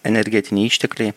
energetiniai ištekliai